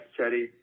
Chetty